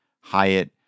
Hyatt